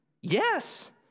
Yes